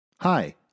Hi